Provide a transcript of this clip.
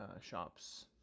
shops